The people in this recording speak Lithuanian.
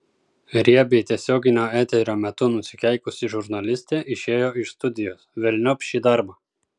riebiai tiesioginio eterio metu nusikeikusi žurnalistė išėjo iš studijos velniop šį darbą